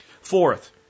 Fourth